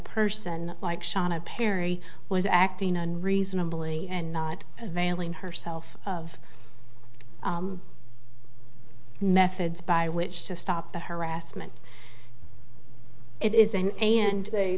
person like shana perry was acting unreasonably and not availing herself of methods by which to stop the harassment it is in and today